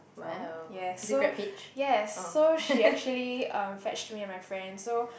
from yes so yes so she actually um fetched me and my friend so